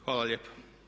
Hvala lijepa.